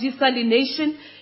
desalination